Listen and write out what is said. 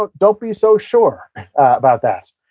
ah don't be so sure about that.